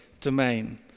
domain